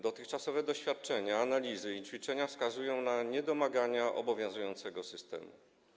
Dotychczasowe doświadczenia, analizy i ćwiczenia wskazują na niedomagania obowiązującego systemu.